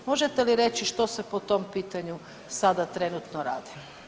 Možete li reći što se po tom pitanju sada trenutno radi.